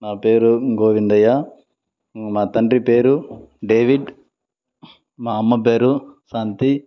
నా పేరు గోవిందయ్యా మా తండ్రి పేరు డేవిడ్ మా అమ్మ పేరు శాంతి